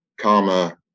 karma